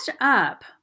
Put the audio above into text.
up